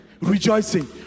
rejoicing